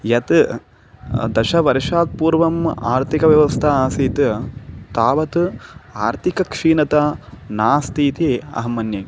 यत् दशवर्शेभ्यः पूर्वम् आर्थिकव्यवस्था त् तावत् आर्थिकक्षीणता नास्तीति अहं मन्ये